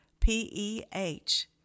P-E-H